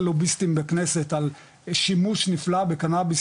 לוביסטים בכנסת על שימוש נפלא בקנאביס